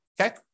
okay